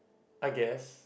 I guess